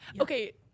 Okay